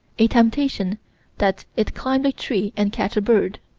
a temptation that it climb a tree and catch a bird.